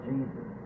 Jesus